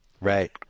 Right